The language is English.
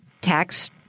tax